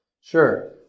Sure